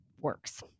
works